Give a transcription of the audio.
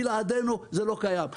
בלעדינו זה לא קיים.